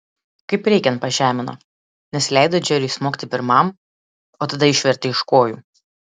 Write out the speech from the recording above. kaip reikiant pažemino nes leido džeriui smogti pirmam o tada išvertė iš kojų